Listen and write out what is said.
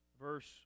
verse